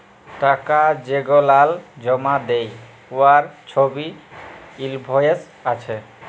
টাকা যেগলাল জমা দ্যায় উয়ার ছবই ইলভয়েস আছে